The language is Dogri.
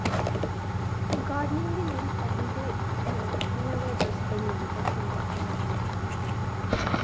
गार्डनिंग ते मेरी हॉबी ते इंया गै बस बनी दी बचपन कोला पता निं